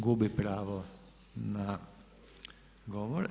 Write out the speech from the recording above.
Gubi pravo na govor.